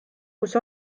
kus